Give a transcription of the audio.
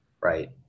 Right